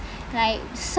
like